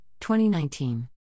2019